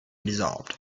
dissolved